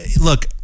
look